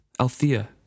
Althea